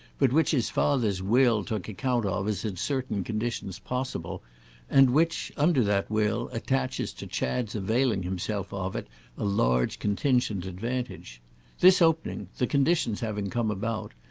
but which his father's will took account of as in certain conditions possible and which, under that will, attaches to chad's availing himself of it a large contingent advantage this opening, the conditions having come about,